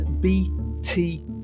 bt